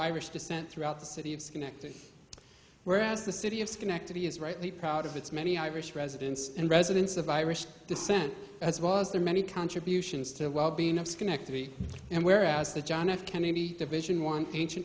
irish descent throughout the city of schenectady whereas the city of schenectady is rightly proud of its many irish residents and residents of irish descent as was their many contributions to the wellbeing of schenectady and whereas the john f kennedy division one ancient